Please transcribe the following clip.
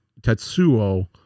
Tetsuo